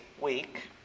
week